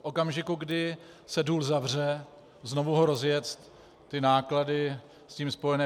V okamžiku, kdy se důl zavře, znovu ho rozjet, náklady s tím spojené.